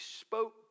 spoke